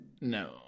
no